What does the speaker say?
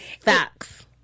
Facts